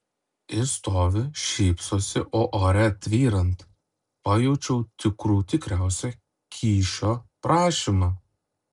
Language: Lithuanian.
ir stovi šypsosi o ore tvyrant pajaučiau tikrų tikriausią kyšio prašymą